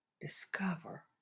Discover